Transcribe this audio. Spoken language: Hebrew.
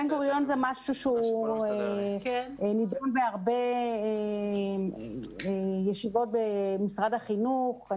נושא מדרשת בן גוריון נידון בהרבה ישיבות במשרד החינוך.